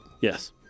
Yes